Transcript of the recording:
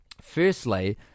Firstly